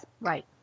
Right